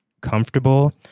comfortable